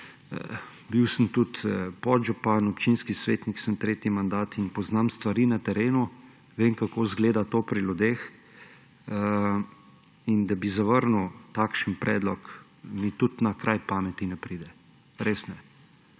Bil sem tudi podžupan, občinski svetnik sem tretji mandat in poznam stvari na terenu. Vem, kako izgleda to pri ljudeh. In da bi zavrnil takšen predlog, mi tudi na kraj pameti ne pride, res ne.